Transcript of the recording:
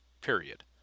period